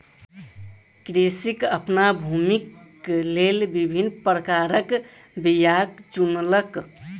कृषक अपन भूमिक लेल विभिन्न प्रकारक बीयाक चुनलक